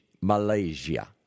Malaysia